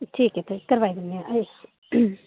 ठीक ऐ फिर करवाई दिन्ने आं भी